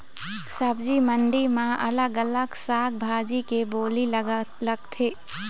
सब्जी मंडी म अलग अलग साग भाजी के बोली लगथे